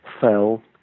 fell